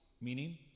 meaning